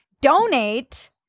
donate